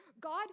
God